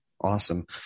Awesome